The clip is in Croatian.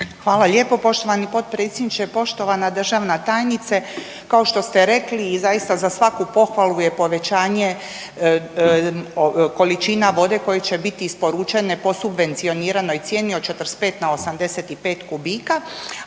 Hvala lijepo poštovani potpredsjedniče. Poštovana državna tajnice, kao što ste rekli i zaista i za svaku pohvalu je povećanje količina vode koje će biti isporučene po subvencioniranoj cijeni od 45 na 85 kubika.